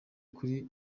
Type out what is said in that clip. kuri